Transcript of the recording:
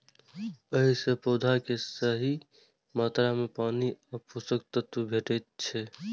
अय सं पौधा कें सही मात्रा मे पानि आ पोषक तत्व भेटै छै